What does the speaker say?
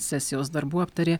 sesijos darbų aptarė